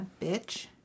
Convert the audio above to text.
bitch